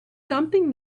something